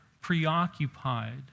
preoccupied